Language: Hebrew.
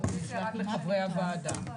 הופץ רק לחברי הוועדה.